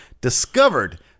discovered